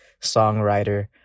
songwriter